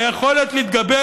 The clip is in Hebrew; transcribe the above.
היכולת להתגבר,